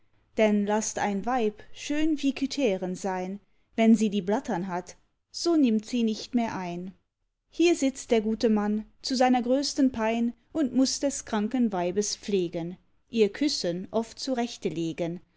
denn laßt ein weib schön wie cytheren sein wenn sie die blattern hat so nimmt sie nicht mehr ein hier sitzt der gute mann zu seiner größten pein und muß des kranken weibes pflegen ihr küssen oft zurechtelegen